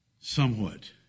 somewhat